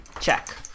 Check